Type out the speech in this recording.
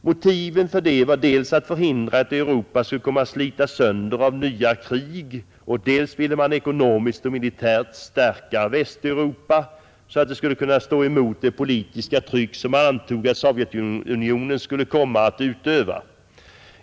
Motiven för det var dels att man ville förhindra att Europa skulle komma att slitas sönder av nya krig, dels att man ville ekonomiskt och militärt stärka Västeuropa, så att det skulle kunna stå emot det politiska tryck, som man antog att Sovjetunionen skulle komma att utöva.